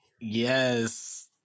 Yes